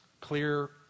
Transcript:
clear